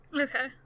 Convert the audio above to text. Okay